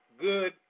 good